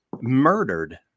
murdered